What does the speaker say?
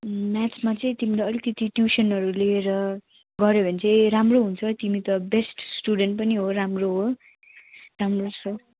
म्याचमा चाहिँ तिम्रो अलिकति ट्युसनहरू लिएर गऱ्यो भने चाहिँ राम्रो हुन्छ तिमी त बेस्ट स्टुडेन्ट पनि हो राम्रो हो राम्रो छौ